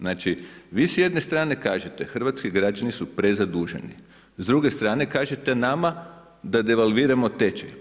Znači vi s jedne strane kažete, hrvatski građani su prezaduženi, s druge strane kažete nama, da devalviramo tečaj.